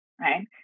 right